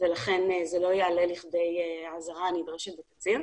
ולכן זה לא יעלה לכדי אזהרה הנדרשת בתצהיר.